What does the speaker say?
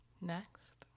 next